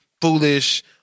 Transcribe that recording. Foolish